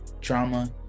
drama